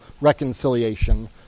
reconciliation